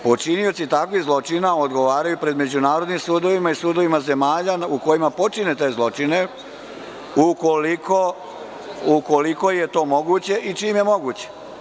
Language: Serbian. Počinioci takvih zločina odgovaraju pred međunarodnim sudovima i sudovima zemalja u kojima počine te zločine, ukoliko je to moguće i čim je moguće.